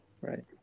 Right